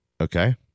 Okay